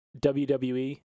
WWE